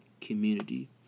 community